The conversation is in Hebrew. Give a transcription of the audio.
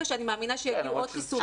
אני מאמינה שברגע שיגיעו עוד חיסונים,